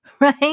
right